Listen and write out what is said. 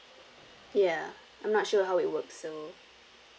ya I'm not sure how it works so